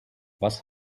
was